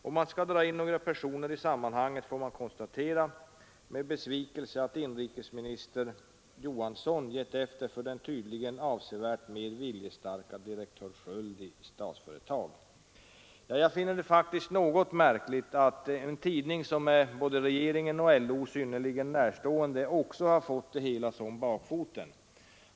Om man ska dra in några personer i sammanhanget får man konstatera — med besvikelse — att inrikesminister Rune Johansson gett efter för den tydligen avsevärt mera viljestarke direktör Sköld i Statsföretag.” Jag finner det faktiskt något märkligt att en tidning som är både regeringen och LO synnerligen närstående också har fått det hela så om bakfoten.